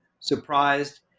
Surprised